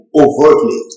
overtly